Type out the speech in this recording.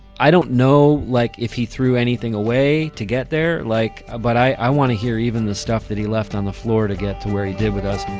i don't know, like if he threw anything away to get there, like ah but i want to hear even the stuff that he left on the floor to get to where he did with us